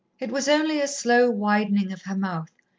it was only a slow widening of her mouth,